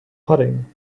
pudding